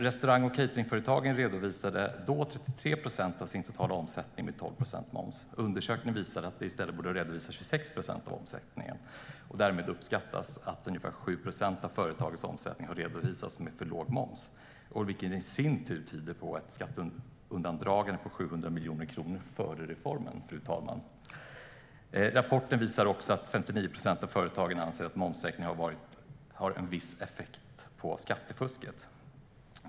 Restaurang och cateringföretagen redovisade då 33 procent av sin totala omsättning med 12 procents moms. Undersökningen visar dock att de i stället borde ha redovisat endast 26 procent av omsättningen. Därmed uppskattas att ca 7 procent av företagens omsättning har redovisats med för låg moms, vilket i sin tur tyder på ett skatteundandragande på 700 miljoner kronor före reformen. Rapporten visar också att 59 procent av företagen anser att momssänkningen har en viss effekt på skattefusket.